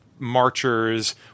marchers